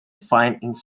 find